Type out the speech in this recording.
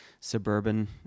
suburban